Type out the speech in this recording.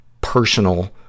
personal